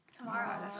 Tomorrow